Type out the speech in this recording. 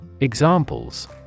Examples